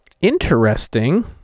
Interesting